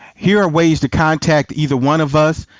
here are ways to contact either one of us.